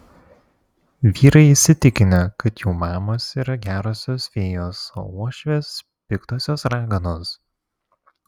vyrai įsitikinę kad jų mamos yra gerosios fėjos o uošvės piktosios raganos